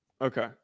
Okay